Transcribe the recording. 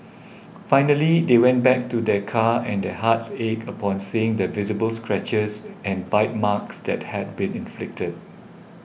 finally they went back to their car and their hearts ached upon seeing the visible scratches and bite marks that had been inflicted